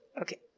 Okay